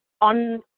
on